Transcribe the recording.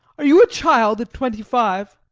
are you a child at twenty-five?